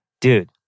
Dude